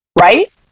Right